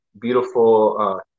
beautiful